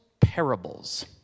parables